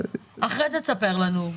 אחר כך תספר לנו.